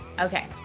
okay